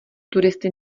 turisty